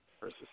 versus